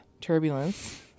turbulence